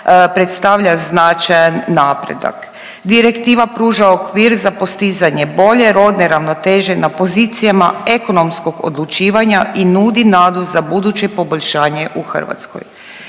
predstavlja značajan napredak. Direktiva pruža okvir za postizanje bolje rodne ravnoteže na pozicijama ekonomskog odlučivanja i nudi nadu za buduće poboljšanje u Hrvatskoj.